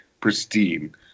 pristine